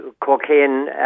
cocaine